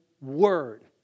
word